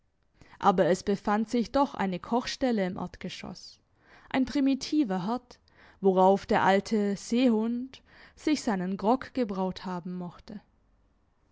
aber es befand sich doch eine kochstelle im erdgeschoss ein primitiver herd worauf der alte seehund sich seinen grog gebraut haben mochte